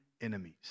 enemies